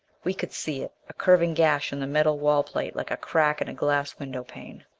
we could see it, a curving gash in the metal wall-plate like a crack in a glass window pane.